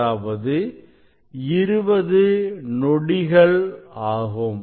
அதாவது 20 நொடிகள் ஆகும்